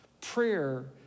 Prayer